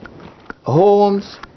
homes